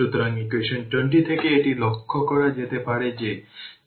সুতরাং এটি half 02 10 power 3 থেকে 2 2 তাই WL 04 মাইক্রো মিলি জুল